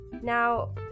Now